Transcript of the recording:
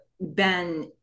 Ben